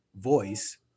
voice